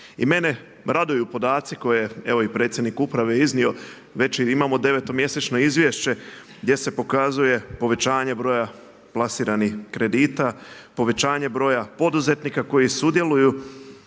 I mene raduju podaci koje je evo i predsjednik uprave iznio. Već imamo devetomjesečno izvješće gdje se pokazuje povećanje broja plasiranih kredita, povećanje broja poduzetnika koji sudjeluju